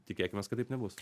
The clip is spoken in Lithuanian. tikėkimės kad taip nebus